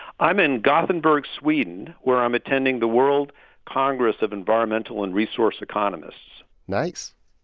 i'm in gothenburg, sweden, where i'm attending the world congress of environmental and resource economists nice.